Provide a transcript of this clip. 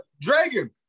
Dragon